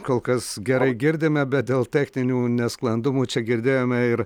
kol kas gerai girdime bet dėl techninių nesklandumų čia girdėjome ir